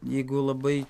jeigu labai